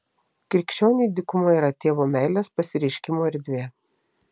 krikščioniui dykuma yra tėvo meilės pasireiškimo erdvė